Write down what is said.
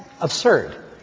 absurd